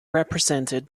represented